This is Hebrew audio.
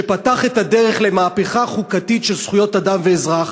שפתח את הדרך למהפכה חוקתית של זכויות אדם ואזרח.